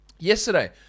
Yesterday